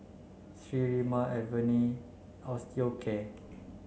Sterimar Avene Osteocare